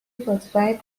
fortified